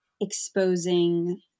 exposing